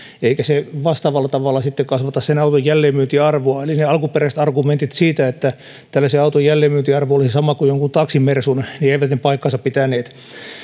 eikä se vastaavalla tavalla sitten kasvata sen auton jälleenmyyntiarvoa eli ne alkuperäiset argumentit siitä että tällaisen auton jälleenmyyntiarvo olisi sama kuin jonkun taksi mersun eivät paikkaansa pitäneet